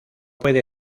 puede